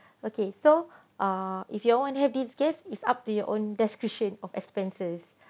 okay so err if you want to have this guest is up to your own description of expenses